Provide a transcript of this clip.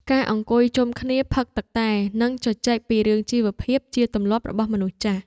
ការអង្គុយជុំគ្នាផឹកទឹកតែ និងជជែកពីរឿងជីវភាពជាទម្លាប់របស់មនុស្សចាស់។